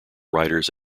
writers